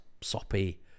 soppy